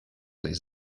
des